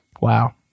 Wow